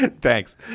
Thanks